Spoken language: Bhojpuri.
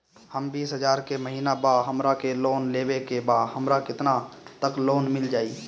हमर बिस हजार के महिना बा हमरा के लोन लेबे के बा हमरा केतना तक लोन मिल जाई?